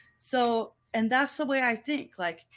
so, and that's the way i think, like,